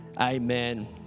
Amen